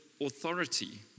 authority